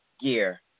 year